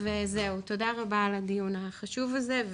תודה רבה על הדיון החשוב הזה.